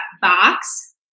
box